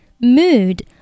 Mood